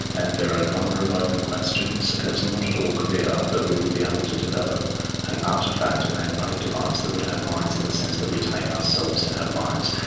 and there are a number of open questions, and it's not at all clear that we would be able to develop an artefact, a man-made device that would have minds in the sense that we take ourselves to have minds.